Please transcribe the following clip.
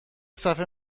صحنه